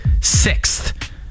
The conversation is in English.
sixth